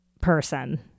person